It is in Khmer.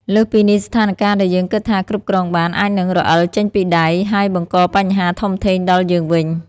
លើសពីនេះ ស្ថានការណ៍ដែលយើងគិតថាគ្រប់គ្រងបាន អាចនឹងរអិលចេញពីដៃ ហើយបង្កបញ្ហាធំធេងដល់យើងវិញ។